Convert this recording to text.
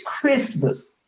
Christmas